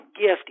gift